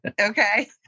okay